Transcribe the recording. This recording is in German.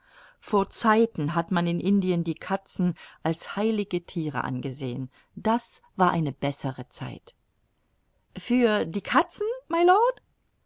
vor zeiten hat man in indien die katzen als heilige thiere angesehen das war eine bessere zeit für die katzen mylord